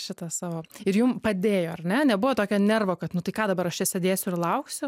šita savo ir jum padėjo ar ne nebuvo tokio nervo kad nu tai ką dabar aš čia sėdėsiu ir lauksiu